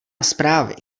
zprávy